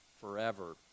forever